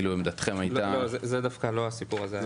לא, זה דווקא לא הסיפור הזה.